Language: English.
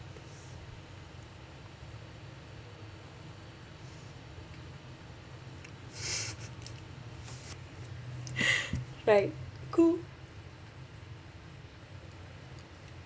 right cool